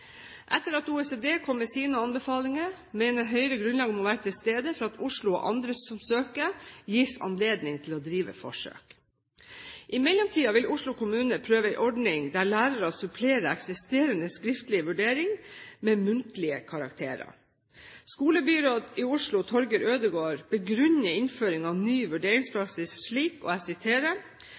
Etter at OECD kom med sine anbefalinger, mener Høyre grunnlaget må være til stede for at Oslo og andre som søker, gis anledning til å drive forsøk. I mellomtiden vil Oslo kommune prøve en ordning der lærerne supplerer eksisterende skriftlig vurdering med muntlige karakterer. Skolebyråd i Oslo, Torger Ødegaard, begrunner innføring av ny vurderingspraksis slik: